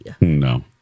No